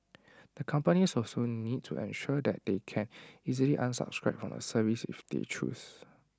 the companies also need to ensure that they can easily unsubscribe from the service if they choose